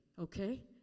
Okay